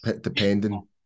depending